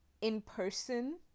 in-person